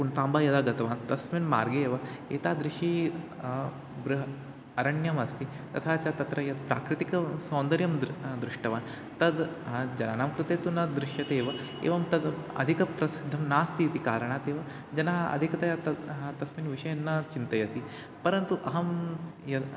पुण्ताम्बा यदा गतवान् तस्मिन् मार्गे एव एतादृशं बृहत् अरण्यमस्ति तथा च तत्र यत् प्राकृतिकसौन्दर्यं दृश्यते दृष्टवान् तद् जनानां कृते तु न दृश्यते एव एवं तद् अधिकप्रसिद्धं नास्ति इति कारणादेव जनाः अधिकतया तद् हा तस्मिन् विषये न चिन्तयति परन्तु अहं यद्